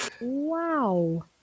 Wow